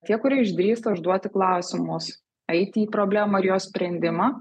tie kurie išdrįsta užduoti klausimus eiti į problemą ir jos sprendimą